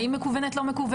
האם מכוונות או לא,